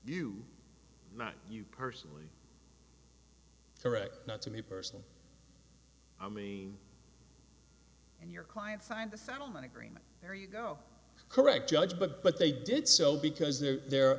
you not you personally correct not to me personally i mean and your client signed the settlement agreement there you go correct judge but but they did so because they're